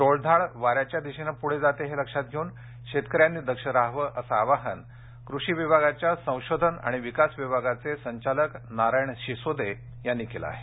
टोळधाड वाऱ्याच्या दिशेनं पुढे जाते हे लक्षात घेऊन शेतकऱ्यांनी दक्ष रहावं असं आवाहन कृषी विभागाच्या संशोधन आणि विकास विभागाचे संचालक नारायण शिसोदे यांनी केलं आहे